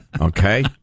Okay